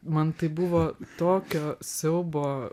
man tai buvo tokio siaubo